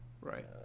right